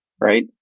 right